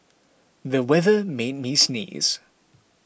the weather made me sneeze